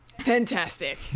Fantastic